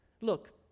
Look